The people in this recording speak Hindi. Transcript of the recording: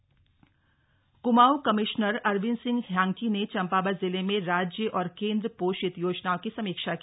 कमिश्नर दौरा क्माऊं कमिश्नर अरविंद सिंह ह्यांकी ने चम्पावत जिले में राज्य और केंद्र पोषित योजनाओं की समीक्षा की